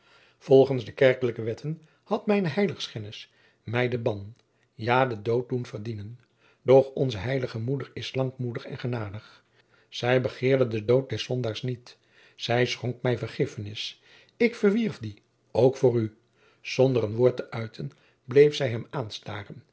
volgens de kerkelijke wetten had mijne heiligschennis mij den ban ja den dood doen verdienen doch onze heilige moeder is lankmoedig en genadig zij begeerde den dood des zondaars niet zij schonk mij vergiffenis ik verwierf die ook voor u zonder een woord te uiten bleef zij hem